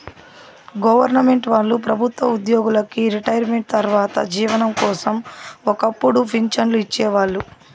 government వాళ్ళు ప్రభుత్వ ఉద్యోగులకి రిటైర్మెంటు తర్వాత జీవనం కోసం ఒక్కపుడు పింఛన్లు ఇచ్చేవాళ్ళు